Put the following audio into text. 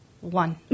one